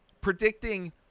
Predicting